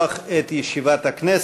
מתכבד לפתוח את ישיבת הכנסת.